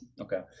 Okay